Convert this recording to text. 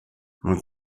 man